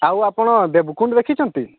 ଆଉ ଆପଣ ଦେବକୁଣ୍ଡ ଦେଖିଛନ୍ତି